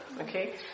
okay